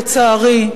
לצערי,